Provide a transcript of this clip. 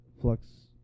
flux